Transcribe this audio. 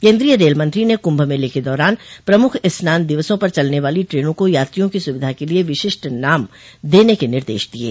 केन्द्रीय रेल मंत्री ने कुंभ मेले के दौरान प्रमुख स्नान दिवसों पर चलने वाली द्रेनों को यात्रियों की सुविधा के लिए विशिष्ट नाम देने के निर्देश दिये